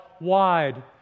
wide